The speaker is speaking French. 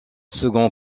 second